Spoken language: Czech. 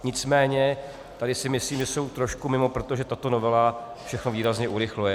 Nicméně si myslím, že tady jsou trošku mimo, protože tato novela všechno výrazně urychluje.